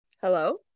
hello